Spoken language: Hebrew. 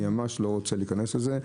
אני ממש לא רוצה להיכנס לזה,